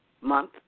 month